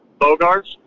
Bogarts